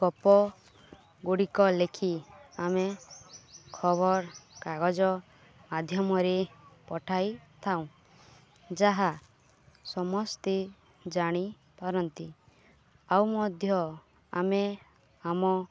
ଗପଗୁଡ଼ିକ ଲେଖି ଆମେ ଖବର କାଗଜ ମାଧ୍ୟମରେ ପଠାଇଥାଉ ଯାହା ସମସ୍ତେ ଜାଣିପାରନ୍ତି ଆଉ ମଧ୍ୟ ଆମେ ଆମ